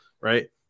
right